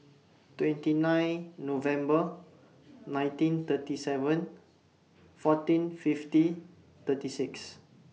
twenty nine November nineteen thirty seven fourteen fifty thirty six